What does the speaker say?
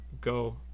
go